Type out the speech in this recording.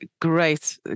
great